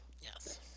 yes